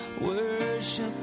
Worship